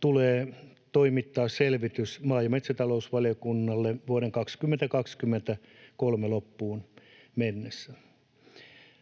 tulee toimittaa selvitys maa- ja metsätalousvaliokunnalle vuoden 2023 loppuun mennessä.